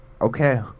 okay